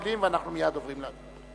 כמה מלים, ואנחנו מייד עוברים להצבעה.